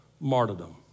martyrdom